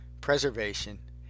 preservation